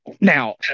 Now